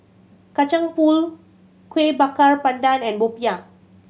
Kacang Pool Kueh Bakar Pandan and popiah